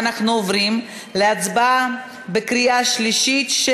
ואנחנו עוברים להצבעה בקריאה שלישית על